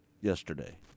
yesterday